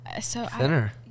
Thinner